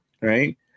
right